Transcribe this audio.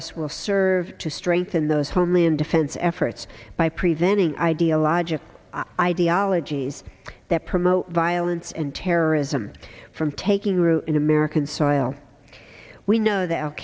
us will serve to strengthen those homeland defense efforts by preventing ideological ideology yes that promote violence and terrorism from taking root in american soil we know that al